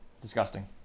Disgusting